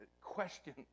Question